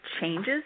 changes